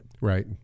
Right